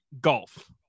Golf